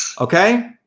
Okay